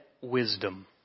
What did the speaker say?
wisdom